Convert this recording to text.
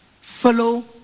Follow